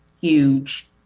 huge